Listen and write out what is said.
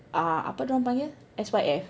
uh apa dorang panggil S_Y_F